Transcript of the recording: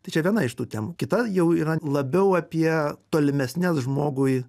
tai čia viena iš tų temų kita jau yra labiau apie tolimesnes žmogui